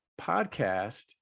podcast